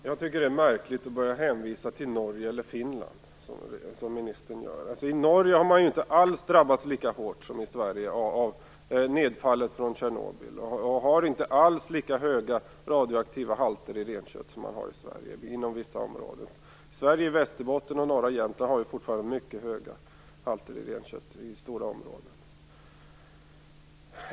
Herr talman! Jag tycker att det är märkligt att jordbruksministern hänvisar till Norge och Finland. I Norge har man inte alls drabbats lika hårt som i Sverige av nedfallet från Tjernobylkatastrofen. Där har man inte alls lika höga radioaktiva halter som man har i Sverige inom vissa områden. I Västerbotten och norra Jämtland är halterna i renkött i stora områden fortfarande mycket höga.